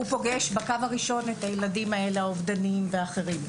הוא פוגש בקו הראשון את הילדים האלה האובדניים והאחרים.